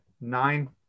nine